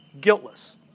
guiltless